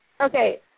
okay